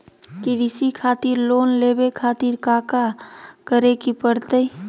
कृषि खातिर लोन लेवे खातिर काका करे की परतई?